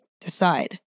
decide